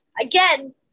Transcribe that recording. again